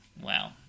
Wow